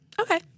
Okay